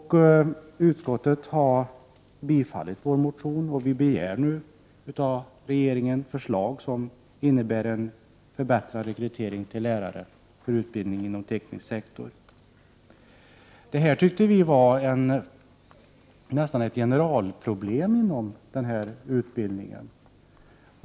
Utskottet har tillstyrkt vår motion, och utskottet hemställer att riksdagen av regeringen skall begära förslag för att åstadkomma en förbättring av rekryteringen av lärare för utbildningen inom den tekniska sektorn. Vi ansåg att detta var något av ett generalproblem för denna utbildning.